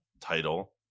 title